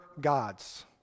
gods